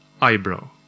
eyebrow